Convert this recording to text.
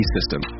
System